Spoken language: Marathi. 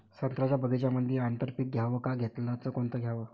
संत्र्याच्या बगीच्यामंदी आंतर पीक घ्याव का घेतलं च कोनचं घ्याव?